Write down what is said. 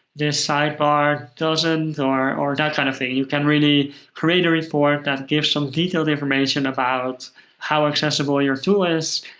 the side bar doesn't, or or that kind of thing. you can really create a reform that gives some detailed information about how accessible your tool is.